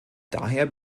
daher